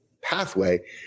pathway